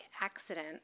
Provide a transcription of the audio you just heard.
accident